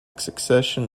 succession